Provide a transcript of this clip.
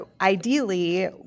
ideally